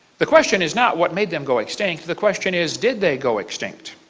the question is not, what made them go extinct? the question is, did they go extinct?